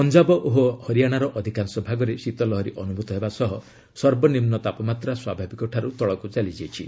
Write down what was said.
ପଞ୍ଜାବ ଓ ହରିଆଣାର ଅଧିକାଂଶ ଭାଗରେ ଶୀତଲହରୀ ଅନୁଭୂତ ହେବା ସହ ସର୍ବନିମ୍ବ ତାପମାତ୍ରା ସ୍ୱାଭାବିକଠାରୁ ତଳକୁ ଚାଲିଯାଇଛି